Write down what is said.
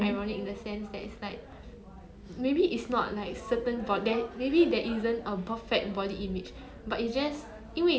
oh the grass is greener on the other side right ya ya ya I agree I agree